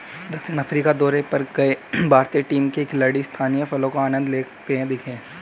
दक्षिण अफ्रीका दौरे पर गए भारतीय टीम के खिलाड़ी स्थानीय फलों का आनंद लेते दिखे